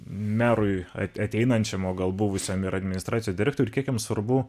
merui ateinančiam o gal buvusiam ir administracijos direktoriui kiek jam svarbu